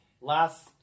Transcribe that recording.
Last